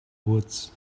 woods